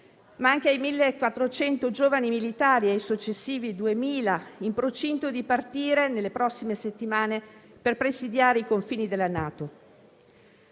ma anche ai 1.400 giovani militari e ai successivi 2.000 in procinto di partire, nelle prossime settimane, per presidiare i confini della NATO.